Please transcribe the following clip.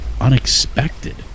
unexpected